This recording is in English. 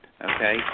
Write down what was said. Okay